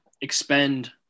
expend